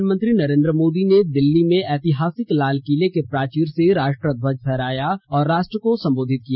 प्रधानमंत्री नरेन्द्र मोदी ने दिल्ली में ऐतिहासिक लालकिले के प्राचीर से राष्ट्र ध्वज फहराया और राष्ट्र को सम्बोधित किया